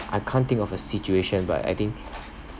I can't think of a situation but I think